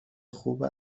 خوب